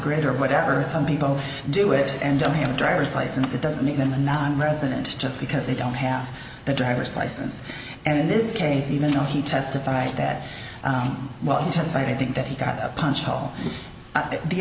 grid or whatever some people do it and don't have a driver's license it doesn't make them a nonresident just because they don't have the driver's license and in this case even though he testified that well he just i think that he got punched all the